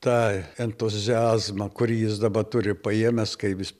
tą entuziazmą kurį jis dabar turi paėmęs kai jis